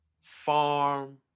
farm